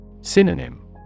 Synonym